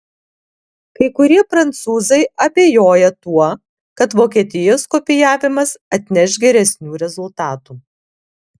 kai kurie prancūzai abejoja tuo kad vokietijos kopijavimas atneš geresnių rezultatų